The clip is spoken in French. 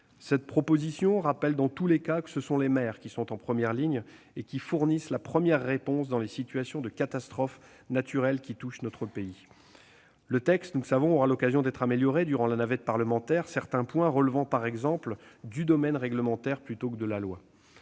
Cette proposition de loi rappelle que, dans tous les cas, ce sont les maires qui sont en première ligne et qui fournissent la première réponse lorsqu'une catastrophe naturelle touche notre pays. Le texte, nous le savons, pourra être amélioré durant la navette parlementaire, certains points relevant par exemple du domaine réglementaire plutôt que de la loi.